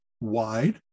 wide